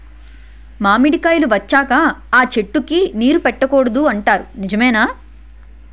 మామిడికాయలు వచ్చాక అ చెట్టుకి నీరు పెట్టకూడదు అంటారు నిజమేనా?